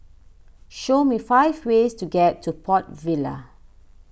show me five ways to get to Port Vila